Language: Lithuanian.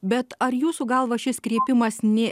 bet ar jūsų galva šis kreipimas ne